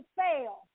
fail